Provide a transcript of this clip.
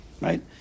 right